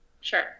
Sure